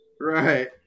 Right